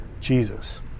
Jesus